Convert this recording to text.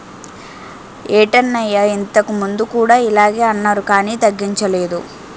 ఏటన్నయ్యా ఇంతకుముందు కూడా ఇలగే అన్నారు కానీ తగ్గించలేదు